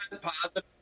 positive